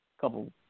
couple